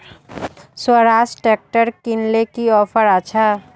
Swaraj tractor किनले की offer अच्छा?